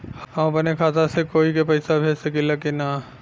हम अपने खाता से कोई के पैसा भेज सकी ला की ना?